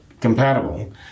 compatible